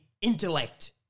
intellect